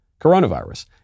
coronavirus